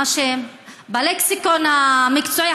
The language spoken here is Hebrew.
בלקסיקון המקצועי.